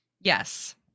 Yes